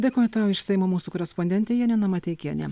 dėkoju tau iš seimo mūsų korespondentė janina mateikienė